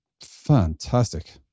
Fantastic